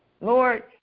Lord